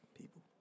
people